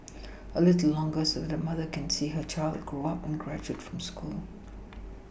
a little longer so that a mother can see her child grow up and graduate from school